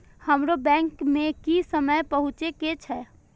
हमरो बैंक में की समय पहुँचे के छै?